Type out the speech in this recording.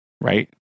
Right